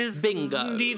bingo